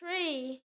three